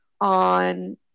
on